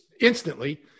instantly